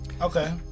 Okay